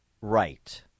right